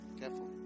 Careful